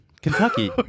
Kentucky